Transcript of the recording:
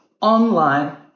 online